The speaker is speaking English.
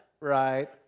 right